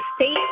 State